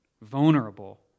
vulnerable